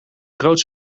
groots